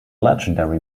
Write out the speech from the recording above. legendary